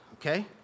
Okay